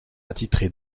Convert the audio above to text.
attitré